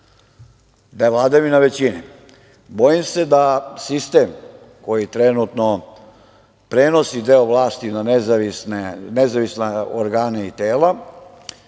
da je vladavina većine. Bojim se da sistem koji trenutno prenosi deo vlasti na nezavisne organe i tela